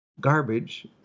garbage